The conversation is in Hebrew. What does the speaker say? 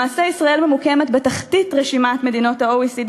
למעשה ישראל ממוקמת בתחתית רשימת מדינות ה-OECD